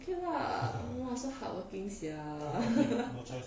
ok lah !wah! so hardworking sia